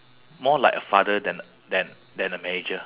so next thing was